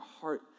heart